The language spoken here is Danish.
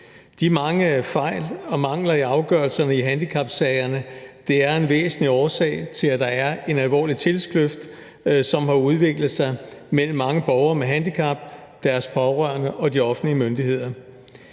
De mange fejl og mangler i afgørelserne i handicapsagerne er en væsentlig årsag til, at der er en alvorlig tillidskløft, som har udviklet sig mellem mange borgere med handicap og deres pårørende og de offentlige myndigheder.